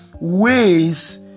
ways